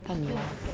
看你 lor